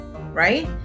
right